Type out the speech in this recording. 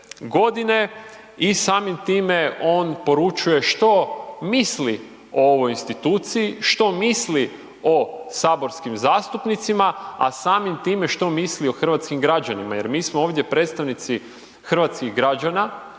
I samim time, on poručuje, što misli o ovoj insinuaciji, što misli o saborskim zastupnicima, a samim time što misli o hrvatskim građanima. Jer mi smo ovdje predstavnici hrvatskih građana,